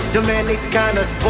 Dominicanas